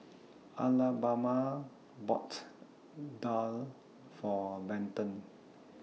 Alabama bought Daal For Benton